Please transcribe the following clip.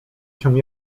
się